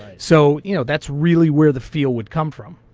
so you know that's really where the feel would come from.